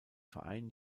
verein